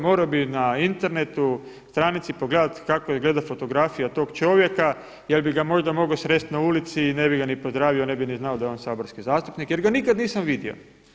Morao bih na internetu stranici pogledati kako izgledati fotografija tog čovjeka jel bi ga možda mogao sresti na ulici i ne bi ga ni pozdravio ne bi ni znao da je on saborski zastupnik jer ga nikad nisam vidio.